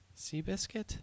Seabiscuit